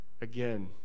Again